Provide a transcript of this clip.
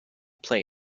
play